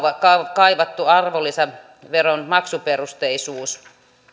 kaivattu arvonlisäveron maksuperusteisuus